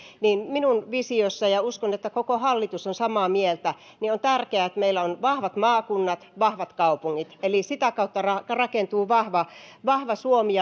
minun visiossani ja uskon että koko hallitus on samaa mieltä on on tärkeää että meillä on vahvat maakunnat ja vahvat kaupungit eli sitä kautta rakentuu vahva vahva suomi